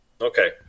Okay